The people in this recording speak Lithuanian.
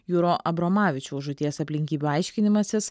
juro abromavičiaus žūties aplinkybių aiškinimasis